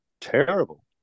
terrible